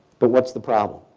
but what's the problem?